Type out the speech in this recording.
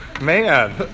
Man